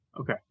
Okay